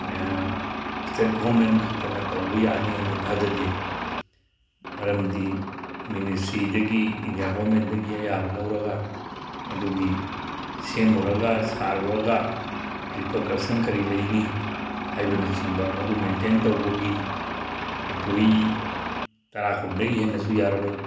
state government ꯈꯛꯇꯅ ꯇꯧꯕ ꯌꯥꯅꯦꯅ ꯊꯥꯖꯗꯦ ꯃꯔꯝꯗꯤ ꯃꯤꯅꯤꯁꯇ꯭ꯔꯤꯗꯒꯤ ꯏꯟꯗꯤꯌꯥ ꯒꯣꯔꯃꯦꯟꯗꯒꯤ ꯑꯌꯥꯕ ꯂꯧꯔꯒ ꯃꯗꯨꯒꯤ ꯁꯦꯝꯃꯨꯔꯒ ꯁꯥꯔꯨꯔꯒ ꯔꯤꯄꯔꯀꯔꯁꯟ ꯀꯔꯤ ꯂꯩꯅꯤ ꯍꯥꯏꯕꯅꯆꯤꯡꯕ ꯃꯗꯨ ꯃꯦꯟꯇꯦꯟ ꯇꯧꯕꯒꯤ ꯏꯟꯄ꯭ꯂꯣꯌꯤ ꯇꯔꯥ ꯀꯨꯟꯗꯒꯤ ꯍꯦꯟꯅꯁꯨ ꯌꯥꯔꯣꯏ